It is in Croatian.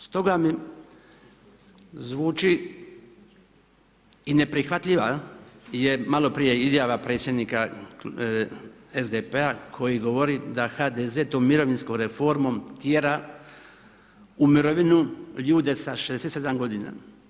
Stoga mi zvuči i ne prihvatljiva je malo prije izjava predsjednika SDP-a koji govori da HDZ tom mirovinskom reformom tjera u mirovinu ljude sa 67 godina.